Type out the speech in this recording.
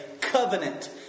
covenant